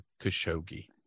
Khashoggi